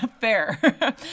Fair